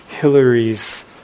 Hillary's